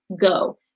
go